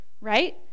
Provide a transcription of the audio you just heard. right